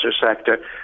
sector